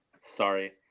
Sorry